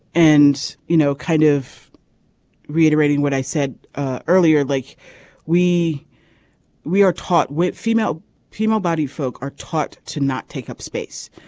and you know kind of reiterating what i said earlier. like we we are taught with female female body folk are taught to not take up space.